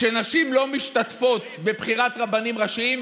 כשנשים לא משתתפות בבחירת רבנים ראשיים,